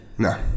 No